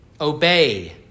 obey